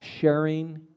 sharing